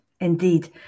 indeed